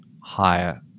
higher